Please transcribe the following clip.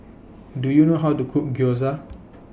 Do YOU know How to Cook Gyoza